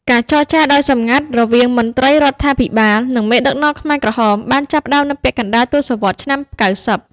ការចរចាដោយសម្ងាត់រវាងមន្ត្រីរដ្ឋាភិបាល និងមេដឹកនាំខ្មែរក្រហមបានចាប់ផ្តើមនៅពាក់កណ្តាលទសវត្សរ៍ឆ្នាំ ៩០។